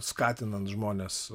skatinant žmones